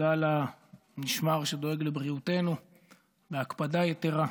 תודה למשמר שדואג לבריאותנו בהקפדה יתרה.